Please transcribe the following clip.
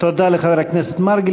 תודה לחבר הכנסת מרגי.